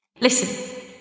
Listen